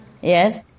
yes